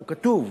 והוא כתוב,